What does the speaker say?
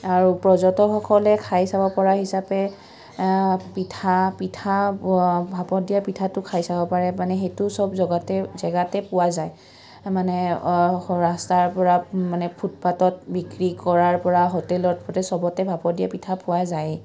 আৰু পৰ্যটকসকলে খাই চাব পৰা হিচাপে পিঠা পিঠা ভাপত দিয়া পিঠাটো খাই চাব পাৰে মানে সেইটো চব জগাতে জেগাতে পোৱা যায় মানে ৰাস্তাৰ পৰা মানে ফুটপাতত বিক্ৰী কৰাৰ পৰা হোটেলৰ প্ৰতি চবতে ভাপ দিয়া পিঠা পোৱা যায়